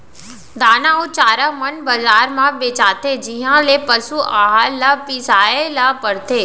दाना अउ चारा मन बजार म बेचाथें जिहॉं ले पसु अहार ल बिसाए ल परथे